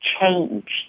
changed